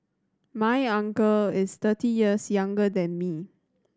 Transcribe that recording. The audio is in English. my uncle is thirty years younger than me